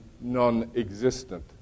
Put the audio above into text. non-existent